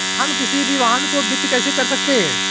हम किसी भी वाहन को वित्त कैसे कर सकते हैं?